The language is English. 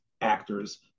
actors